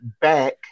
back